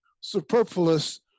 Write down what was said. superfluous